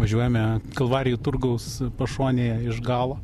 važiuojame kalvarijų turgaus pašonėje iš galo